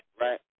right